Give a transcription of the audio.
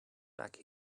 back